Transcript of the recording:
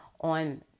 on